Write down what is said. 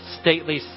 stately